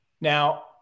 Now